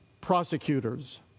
prosecutors